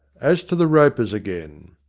as to the ropers, again.